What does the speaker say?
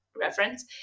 reference